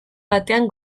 batean